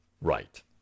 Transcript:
Right